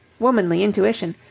womanly intuition!